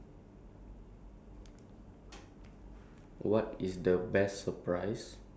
what is the best surprise you have ever given or received